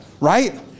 right